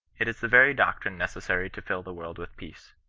it is the very doctrine necessary to fill the world with peace.